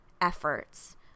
efforts